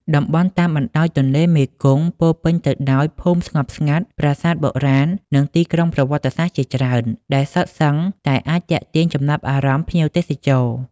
តំបន់តាមបណ្តោយទន្លេមេគង្គពោរពេញទៅដោយភូមិស្ងប់ស្ងាត់ ប្រាសាទបុរាណ និងទីក្រុងប្រវត្តិសាស្ត្រជាច្រើន ដែលសុទ្ធសឹងតែអាចទាក់ទាញចំណាប់អារម្មណ៍ភ្ញៀវទេសចរ។